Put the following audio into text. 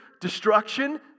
destruction